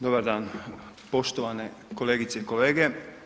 Dobar dan poštovane kolegice i kolege.